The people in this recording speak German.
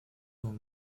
nun